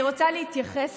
אני רוצה להתייחס,